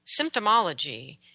symptomology